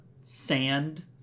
sand